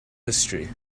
history